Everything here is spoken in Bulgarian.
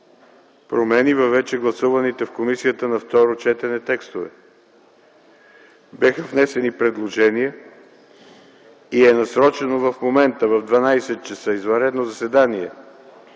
промени във вече гласуваните в комисията на второ четене текстове. Бяха внесени предложения и е насрочено в момента – в 12,00 ч. днес, извънредно заседание